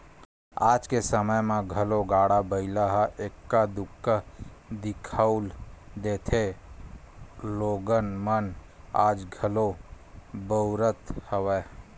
आज के समे म घलो गाड़ा बइला ह एक्का दूक्का दिखउल देथे लोगन मन आज घलो बउरत हवय